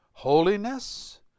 holiness